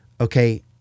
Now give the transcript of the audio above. Okay